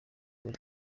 cyane